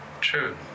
true